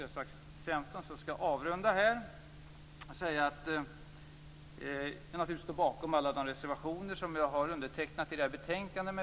Jag hade sagt 15, så jag skall avrunda. Jag står naturligtvis bakom alla de reservationer i betänkandet som jag har undertecknat.